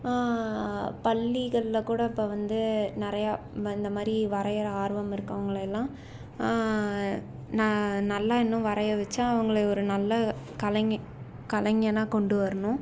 பள்ளிகள்ல கூட இப்போ வந்து நிறையா இந்தமாதிரி வரைகிற ஆர்வம் இருக்கிறவங்களையெல்லாம் நான் நல்லா இன்னும் வரைய வச்சு அவங்களை ஒரு நல்ல கலைஞ கலைஞனாக கொண்டு வரணும்